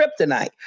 kryptonite